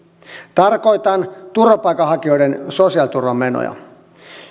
tarkoitan turvapaikanhakijoiden sosiaaliturvamenoja